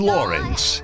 Lawrence